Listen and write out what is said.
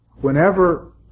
whenever